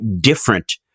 different